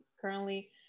Currently